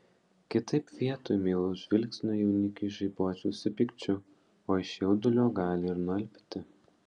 kitaip vietoj meilaus žvilgsnio jaunikiui žaibuosi pykčiu o iš jaudulio gali ir nualpti